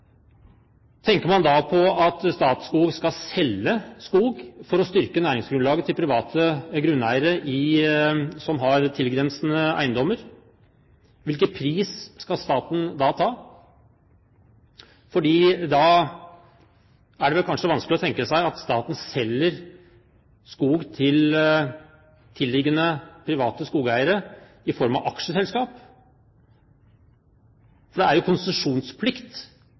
Tenker man da på at Statskog skal selge skog for å styrke næringsgrunnlaget til private grunneiere som har tilgrensende eiendommer? Hvilken pris skal staten da ta? Da er det vel kanskje vanskelig å tenke seg at staten selger skog til tilliggende private skogeiere i form av aksjeselskap, for det er jo konsesjonsplikt